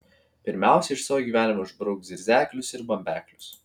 pirmiausia iš savo gyvenimo išbrauk zirzeklius ir bambeklius